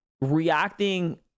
reacting